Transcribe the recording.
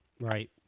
Right